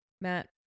matt